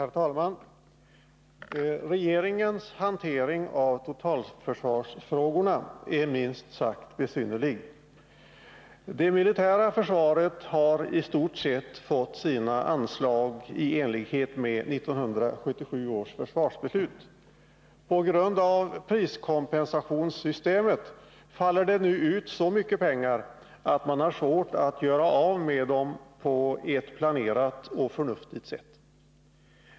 Herr talman! Regeringens hantering av totalförsvarsfrågorna är minst sagt besynnerlig. Det militära försvaret har i stort sett fått sina anslag i enlighet med 1977 års försvarsbeslut. På grund av priskompensationssystemet faller det ut så mycket pengar att man har svårt att göra av med dem på ett planerat och förnuftigt sätt.